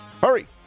Hurry